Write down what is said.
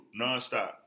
nonstop